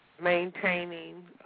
maintaining